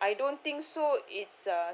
I don't think so it's uh